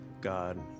God